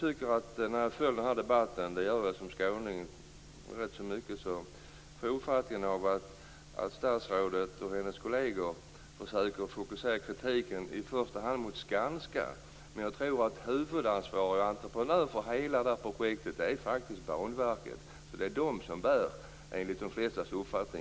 När jag följer den här debatten, och det gör jag som skåning rätt så mycket, får jag uppfattningen att statsrådet och hennes kolleger försöker fokusera kritiken i första hand mot Skanska. Men huvudansvarig entreprenör för hela det här projektet är faktiskt Banverket. Det är Banverket som bär huvudansvaret, enligt de flestas uppfattning.